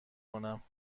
کنم